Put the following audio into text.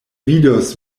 vidos